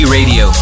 Radio